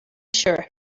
sure